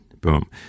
boom